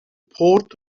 port